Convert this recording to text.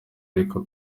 ariko